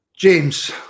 James